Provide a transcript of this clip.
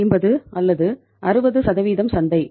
50 அல்லது 60 சந்தை